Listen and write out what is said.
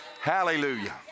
Hallelujah